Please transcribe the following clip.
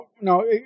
no